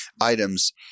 items